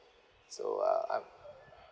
so uh I'm